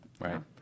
right